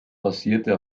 basierte